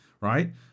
right